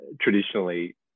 traditionally